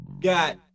got